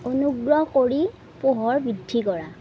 অনুগ্ৰহ কৰি পোহৰ বৃদ্ধি কৰা